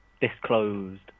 Disclosed